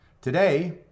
today